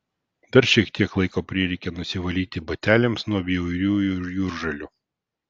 dar šiek tiek laiko prireikė nusivalyti bateliams nuo bjauriųjų jūržolių